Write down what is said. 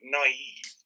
naive